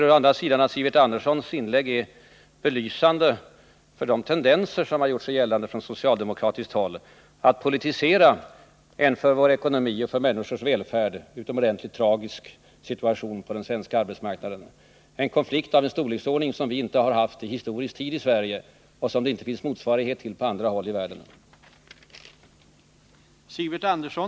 Å andra sidan var Sivert Anderssons inlägg belysande för de tendenser som från socialdemokratiskt håll har gjort sig gällande att politisera en för vår ekonomi och människornas välfärd utomordentligt tragisk situation på den svenska arbetsmarknaden. Det är ju fråga om en konflikt av en storleksordning som vi i Sverige inte har haft i historisk tid och som det inte finns någon motsvarighet till på andra håll i industrivärlden.